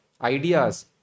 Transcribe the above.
ideas